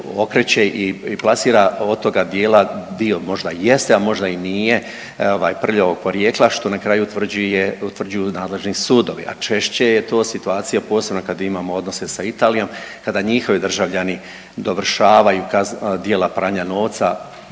i plasira od toga dijela dio možda i jeste, a možda i nije ovaj prljavog porijekla, što na kraju utvrđuje, utvrđuju nadležni sudovi, a češće je to situacija, posebno kad imamo odnose sa Italijom, kada njihovi državljani dovršavaju djela pranja novca